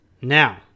now